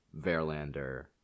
Verlander